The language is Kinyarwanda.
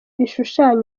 bishushanya